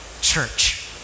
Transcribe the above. church